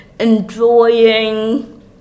Enjoying